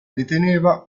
deteneva